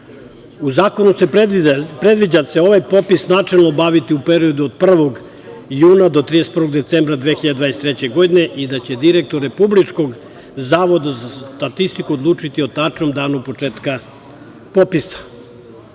zakonu se predviđa da će se ovaj popis načelno obaviti u periodu od 1. juna do 31. decembra 2023. godine i da će direktor Republičkog zavoda za statistiku odlučiti o tačnom danu početka popisa.